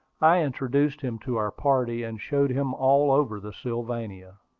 i introduced him to our party, and showed him all over the sylvania.